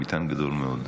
מטען גדול מאוד.